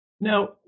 Now